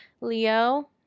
Leo